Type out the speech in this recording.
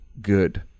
good